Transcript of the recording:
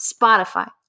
Spotify